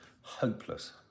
Hopeless